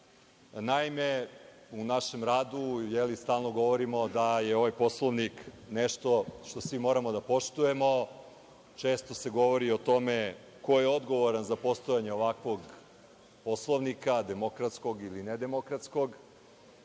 u našem radu stalno govorimo da je ovaj Poslovnik nešto što svi moramo da poštujemo. Često se govori o tome ko je odgovoran za postojanje ovakvog Poslovnika, demokratskog ili nedemokratskog